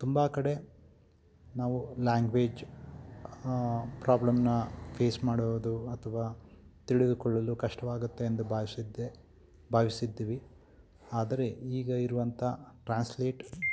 ತುಂಬ ಕಡೆ ನಾವು ಲ್ಯಾಂಗ್ವೇಜ್ ಪ್ರಾಬ್ಲಮ್ನ ಫೇಸ್ ಮಾಡುವುದು ಅಥವಾ ತಿಳಿದುಕೊಳ್ಳಲು ಕಷ್ಟವಾಗುತ್ತೆ ಎಂದು ಭಾವಿಸಿದ್ದೆ ಭಾವಿಸಿರ್ತೀವಿ ಆದರೆ ಈಗ ಇರುವಂಥ ಟ್ರಾನ್ಸ್ಲೆಟ್